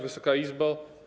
Wysoka Izbo!